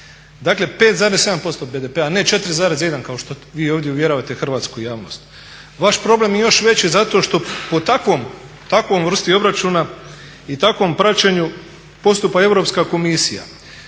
Dakle, 5,7% BDP-a a ne 4,1 kao što vi ovdje uvjeravate hrvatsku javnost. Vaš problem je još veći zato što po takvoj vrsti obračuna i takvom praćenju postupa Europska komisija